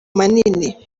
manini